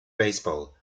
baseball